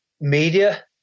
media